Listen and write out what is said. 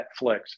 Netflix